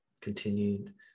continued